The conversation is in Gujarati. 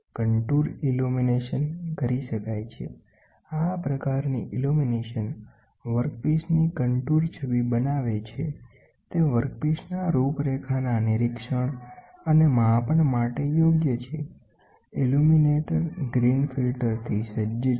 કન્ટૂર ઇલ્યુમીનેશન કરી શકાય છે આ પ્રકારની ઇલ્યુમીનેશન વર્કપીસની કન્ટૂર છબી બનાવે છે તે વર્કપીસના રૂપરેખાના નિરીક્ષણઅને માપન માટે યોગ્ય છે ઇલ્યુમિનેટર ગ્રીન ફિલ્ટરથી સજ્જ છે